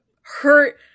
hurt